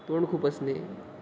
तोंड खूपसणे